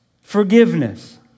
Forgiveness